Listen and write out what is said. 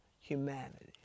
humanity